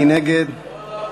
מי נגד?